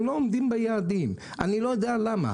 הם לא עומדים ביעדים ואני לא יודע למה.